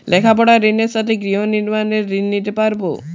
লেখাপড়ার ঋণের সাথে গৃহ নির্মাণের ঋণ নিতে পারব?